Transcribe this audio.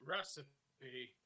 Recipe